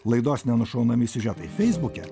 laidos nenušaunami siužetai feisbuke